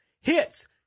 Hits